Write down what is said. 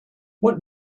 what